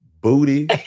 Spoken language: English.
booty